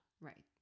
right